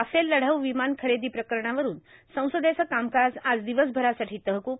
Rafale लढाऊ र्वमान खरेदा प्रकरणावरून संसदेचं कामकाज आज र्वदवसभरासाठी तहकूब